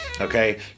okay